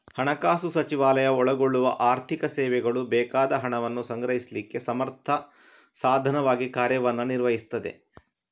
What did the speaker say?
ಹಣಕಾಸು ಸಚಿವಾಲಯ ಒಳಗೊಳ್ಳುವ ಆರ್ಥಿಕ ಸೇವೆಗಳು ಬೇಕಾದ ಹಣವನ್ನ ಸಂಗ್ರಹಿಸ್ಲಿಕ್ಕೆ ಸಮರ್ಥ ಸಾಧನವಾಗಿ ಕಾರ್ಯವನ್ನ ನಿರ್ವಹಿಸ್ತದೆ